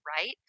right